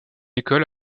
école